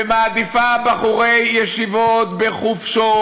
ומעדיפה בחורי ישיבות בחופשות,